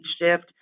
shift